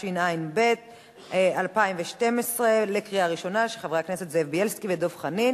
התשע"ב 2012, של חברי הכנסת זאב בילסקי ודב חנין.